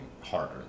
harder